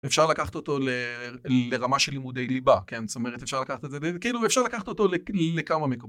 אפשר לקחת אותו לרמה של לימודי ליבה, כן, זאת אומרת, אפשר לקחת את זה... כאיל, ו אפשר לקחת אותו לכמה מקומות